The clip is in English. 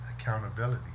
accountability